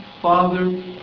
Father